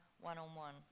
one-on-one